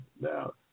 now